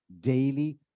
daily